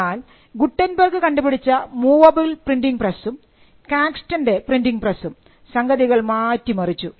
എന്നാൽ ഗുട്ടൻബർഗ് കണ്ടുപിടിച്ച movable printing പ്രസ്സും കാക്സ്റ്റൺൻറെ പ്രിൻറിംഗ് പ്രസ്സും സംഗതികൾ മാറ്റിമറിച്ചു